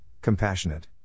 compassionate